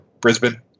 Brisbane